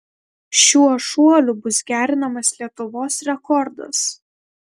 šiuo šuoliu bus gerinamas lietuvos rekordas